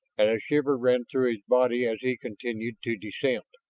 and a shiver ran through his body as he continued to descend.